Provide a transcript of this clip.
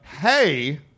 Hey